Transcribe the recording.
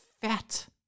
fat